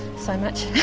so much.